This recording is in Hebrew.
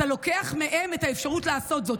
אתה לוקח מהם את האפשרות לעשות זאת,